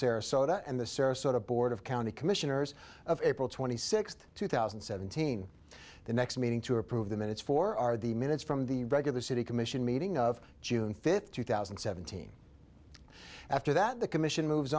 sarasota and the sarasota board of county commissioners of april twenty sixth two thousand and seventeen the next meeting to approve the minutes for are the minutes from the regular city commission meeting of june fifth two thousand and seventeen after that the commission moves